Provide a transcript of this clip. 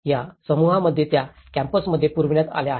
या समूहांमध्ये त्या कॅम्प्सांमध्ये पुरविण्यात आले आहेत